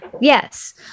Yes